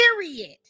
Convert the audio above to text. Period